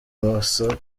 amaso